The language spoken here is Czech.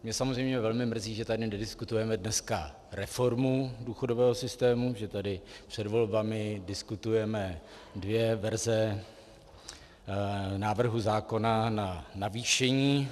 Mě samozřejmě velmi mrzí, že tady dneska nediskutujeme reformu důchodového systému, že tady před volbami diskutujeme dvě verze návrhu zákona na navýšení.